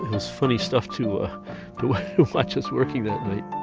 was funny stuff to ah to watch us working that night